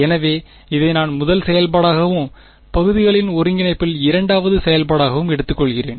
எனவே இதை நான் முதல் செயல்பாடாகவும் பகுதிகளின் ஒருங்கிணைப்பில் இரண்டாவது செயல்பாடாகவும் எடுத்துக்கொள்கிறேன்